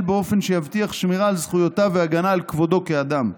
באופן שיבטיח שמירה על זכויותיו והגנה על כבודו כאדם.